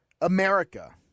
America